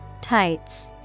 Tights